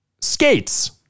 skates